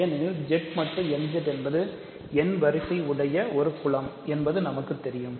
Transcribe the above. ஏனெனில் Z mod n Z என்பது n வரிசை உடைய ஒரு குலம் என்பது நமக்குத் தெரியும்